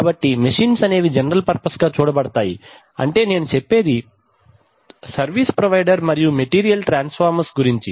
కాబట్టి మెషీన్స్ అనేవి general purpose గా చూడ బడతాయి అంటే నేను చెప్పేది సర్విస్ ప్రొవైడర్ మరియు మెటీరీయల్ ట్రాన్స్ ఫార్మెర్స్ గురించి